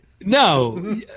No